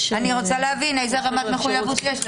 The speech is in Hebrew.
אני רוצה להבין איזו רמת מחויבות יש לזה.